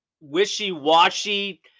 wishy-washy